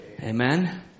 Amen